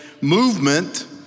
movement